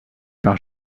par